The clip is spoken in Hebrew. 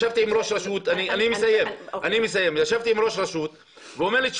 ישבתי עם ראש רשות והוא אמר לי שהוא